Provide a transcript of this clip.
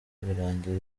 birangira